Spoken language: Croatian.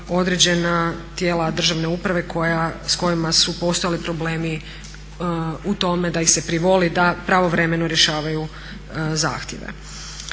određena tijela državne uprave s kojima su postojali problemi u tome da ih se privoli da pravovremeno rješavaju zahtjeve.